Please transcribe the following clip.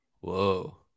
Whoa